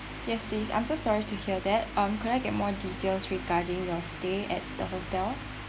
yes please I'm so sorry to hear that um could I get more details regarding your stay at the hotel